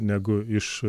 negu iš